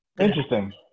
Interesting